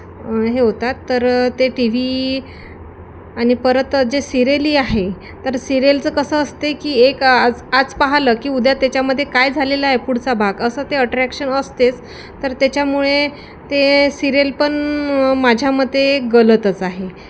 हे होतात तर ते टी व्ही आणि परत जे सिरेली आहे तर सिरिलचं कसं असते की एक आज आज पाहिलं की उद्या त्याच्यामध्ये काय झालेलं आहे पुढचा भाग असं ते अट्रॅक्शन असतेच तर त्याच्यामुळे ते सिरिअल पण माझ्या मते गलतच आहे